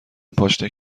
پاشنه